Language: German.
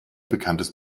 bekanntes